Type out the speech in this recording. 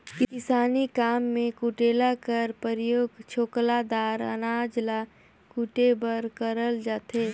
किसानी काम मे कुटेला कर परियोग छोकला दार अनाज ल कुटे बर करल जाथे